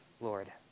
Lord